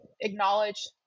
acknowledge